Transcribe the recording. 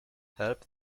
help